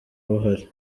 buhari